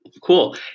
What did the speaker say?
Cool